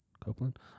Copeland